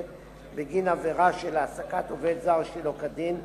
בגין עבירה של העסקת עובד זר שלא כדין,